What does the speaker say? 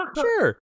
sure